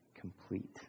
complete